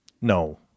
No